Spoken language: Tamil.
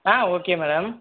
ah okay madam